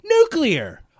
nuclear